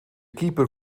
keeper